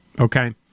Okay